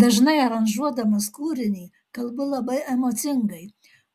dažnai aranžuodamas kūrinį kalbu labai emocingai